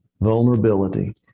vulnerability